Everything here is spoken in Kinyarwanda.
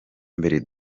mbere